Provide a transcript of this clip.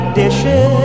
dishes